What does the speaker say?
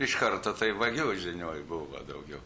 iš karto tai vagių žinioj buvo daugiau